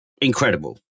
incredible